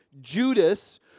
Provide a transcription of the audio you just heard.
Judas